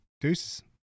Deuces